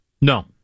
No